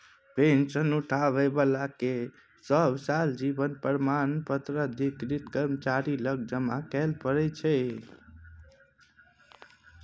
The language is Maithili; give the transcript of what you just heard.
पेंशन उठाबै बलाकेँ सब साल जीबन प्रमाण पत्र अधिकृत कर्मचारी लग जमा करय परय छै